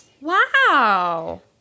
Wow